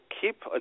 keep